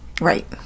Right